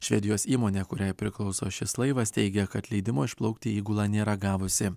švedijos įmonė kuriai priklauso šis laivas teigia kad leidimo išplaukti įgula nėra gavusi